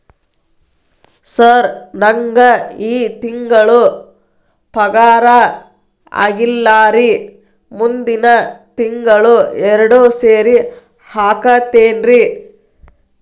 sir ನಂಗ ಈ ತಿಂಗಳು ಪಗಾರ ಆಗಿಲ್ಲಾರಿ ಮುಂದಿನ ತಿಂಗಳು ಎರಡು ಸೇರಿ ಹಾಕತೇನ್ರಿ